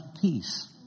peace